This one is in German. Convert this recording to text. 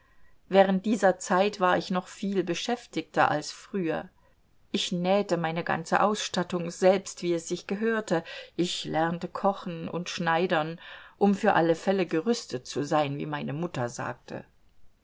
während dieser zeit war ich noch viel beschäftigter als früher ich nähte meine ganze ausstattung selbst wie es sich gehörte ich lernte kochen und schneidern um für alle fälle gerüstet zu sein wie meine mutter sagte